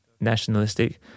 nationalistic